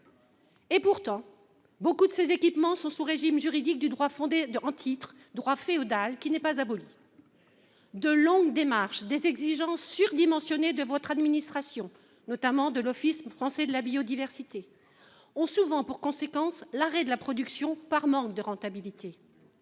Pourtant, nombre de ces équipements sont sous le régime juridique du droit fondé en titre, droit féodal qui n’est pas aboli. De longues démarches, des exigences surdimensionnées de l’administration du ministère de la transition écologique, notamment de l’Office français de la biodiversité, ont souvent pour conséquence l’arrêt de la production par manque de rentabilité.